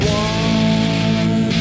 one